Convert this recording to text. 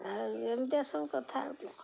ଆଉ ଏମିତିଆ ସବୁ କଥା